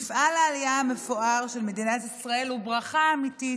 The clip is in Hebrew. מפעל העלייה המפואר של מדינת ישראל הוא ברכה אמיתית,